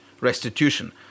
restitution